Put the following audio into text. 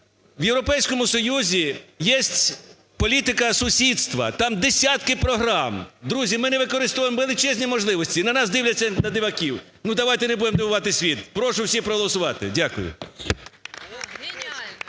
В Європейському Союзі є політика сусідства, там десятки програм. Друзі, ми не використовуємо величезні можливості, і на нас дивляться, як на диваків. Давайте не будемо дивувати світ. Прошу всіх проголосувати. Дякую.